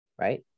right